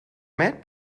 met